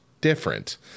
different